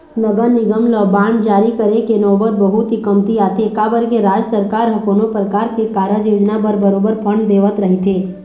नगर निगम ल बांड जारी करे के नउबत बहुत ही कमती आथे काबर के राज सरकार ह कोनो परकार के कारज योजना बर बरोबर फंड देवत रहिथे